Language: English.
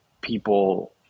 people